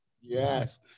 yes